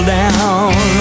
down